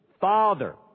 Father